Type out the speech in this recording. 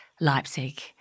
Leipzig